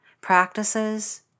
practices